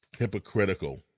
hypocritical